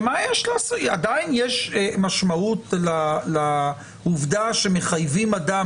עדיין יש משמעות לעובדה שמחייבים אדם,